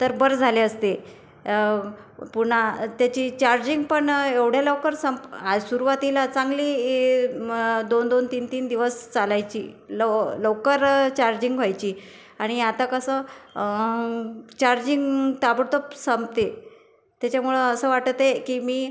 तर बरं झाले असते पुन्हा त्याची चार्जिंग पण एवढ्या लवकर संप आ सुरुवातीला चांगली मग दोनदोन तीनतीन दिवस चालायची लव लवकर चार्जिंग व्हायची आणि आता कसं चार्जिंग ताबडतोब संपते त्याच्यामुळं असं वाटते की मी